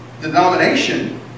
denomination